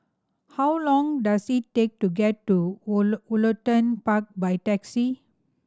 how long does it take to get to Woollerton Park by taxi